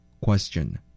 Question